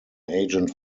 agent